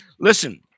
Listen